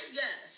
yes